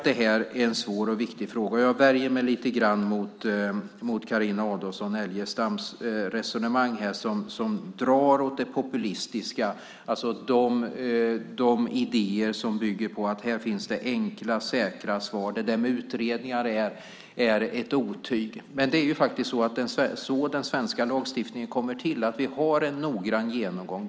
Det här är en svår och viktig fråga, och jag värjer mig lite grann mot Carina Adolfsson Elgestams resonemang som drar mot det populistiska. Det gäller de idéer som bygger på att det finns enkla, säkra svar och att det där med utredningar är ett otyg. Men det är faktiskt så den svenska lagstiftningen kommer till. Vi har en noggrann genomgång.